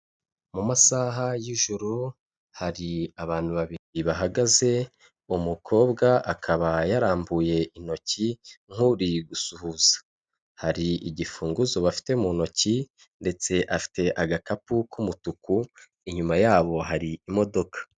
Mu masaha y'ijuru hari abantu babiri bahagaze, umukobwa akaba yarambuye intoki nk'uri gusuhuza. Hari igifunguzo bafite mu ntoki ndetse afite agakapu k'umutuku, inyuma yabo hari imodoka.